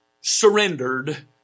surrendered